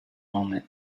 moment